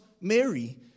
Mary